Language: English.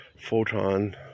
photon